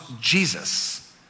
jesus